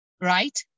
right